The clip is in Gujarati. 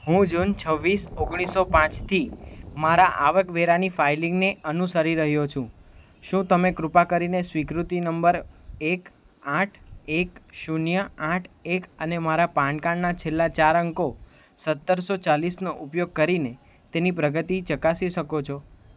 હું જૂન છવીસ ઓગણીસો પાંચથી મારા આવકવેરાની ફાઇલિંગને અનુસરી રહ્યો છું શું તમે કૃપા કરીને સ્વીકૃતિ નંબર એક આઠ એક શૂન્ય આઠ એક અને મારા પાન કાર્ડના છેલ્લા ચાર અંકો સત્તરસો ચાલીસનો ઉપયોગ કરીને તેની પ્રગતિ ચકાસી શકો છો